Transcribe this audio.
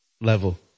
level